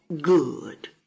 good